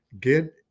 Get